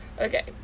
Okay